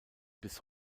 bis